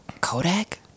Kodak